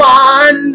one